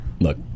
Look